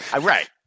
Right